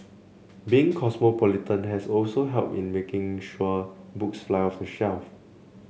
being cosmopolitan has also helped in making sure books fly off the shelf